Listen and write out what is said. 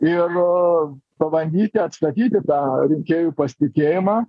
ir pabandyti atstatyti tą rinkėjų pasitikėjimą